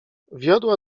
wiodła